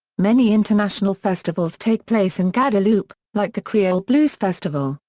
many international festivals take place in guadeloupe, like the creole blues festival,